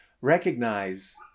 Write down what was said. recognize